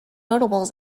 notables